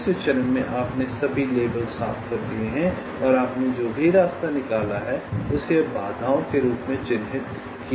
तीसरे चरण में आपने सभी लेबल साफ़ कर दिए हैं और आपने जो भी रास्ता निकाला है उसे अब बाधाओं के रूप में चिह्नित किया जाएगा